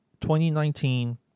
2019